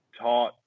taught